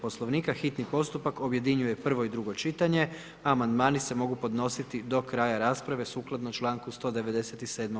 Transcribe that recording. Poslovnika, hitni postupak objedinjuje prvo i drugo čitanje a amandmani se mogu podnositi do kraja rasprave sukladno članku 197.